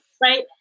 right